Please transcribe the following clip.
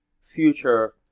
future